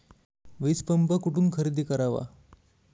वीजपंप कुठून खरेदी करावा?